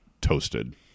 toasted